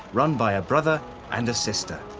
run by a brother and a sister.